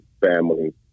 family